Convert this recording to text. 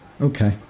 Okay